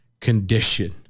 condition